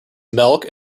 milk